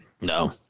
No